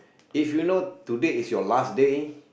if you know today is your last day